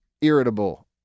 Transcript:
irritable